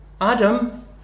Adam